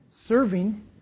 serving